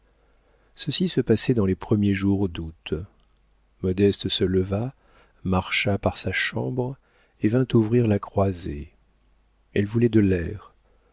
pleurer ceci se passait dans les premiers jours d'août modeste se leva marcha par sa chambre et vint ouvrir la croisée elle voulait de l'air